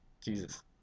Jesus